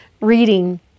reading